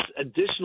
additional